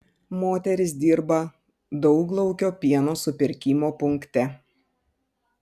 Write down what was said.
moteris dirba dauglaukio pieno supirkimo punkte